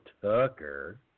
Tucker